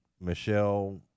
Michelle